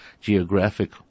geographic